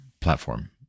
platform